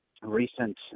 recent